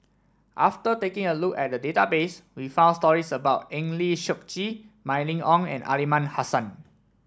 after taking a look at the database we found stories about Eng Lee Seok Chee Mylene Ong and Aliman Hassan